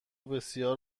بسیار